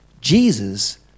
Jesus